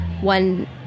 one